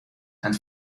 and